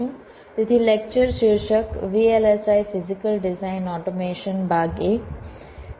તેથી લેક્ચર શીર્ષક VLSI physical design automation ભાગ એક